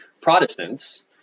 Protestants